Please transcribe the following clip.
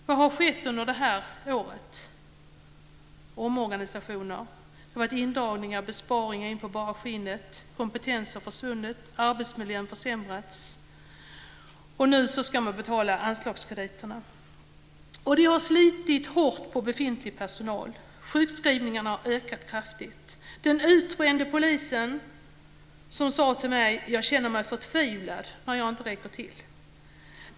Vad har skett under det här året? Det har varit omorganisationer. Det har varit indragningar och besparingar in på bara skinnet. Kompetens har försvunnit och arbetsmiljön försämrats. Nu ska man betala anslagskrediterna. Det har slitit hårt på befintlig personal. Sjukskrivningarna har ökar kraftigt. En utbränd polis sade till mig: Jag känner mig förtvivlad när jag inte räcker till.